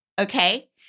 Okay